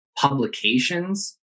publications